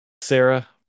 Sarah